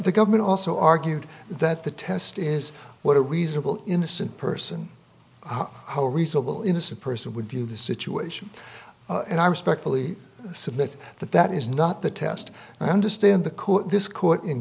the government also argued that the test is what a reasonable innocent person how reasonable innocent person would view the situation and i respectfully submit that that is not the test i understand the court this court in